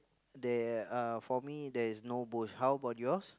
there uh for me there is no bush how about yours